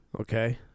Okay